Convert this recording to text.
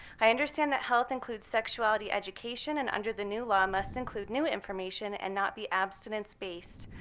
i understand that health includes sexuality education, and under the new law must include new information and not be abstinence based.